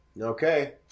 Okay